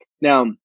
Now